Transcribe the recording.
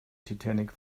titanic